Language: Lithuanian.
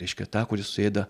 reiškia tą kuris suėda